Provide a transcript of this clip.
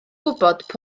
gwybod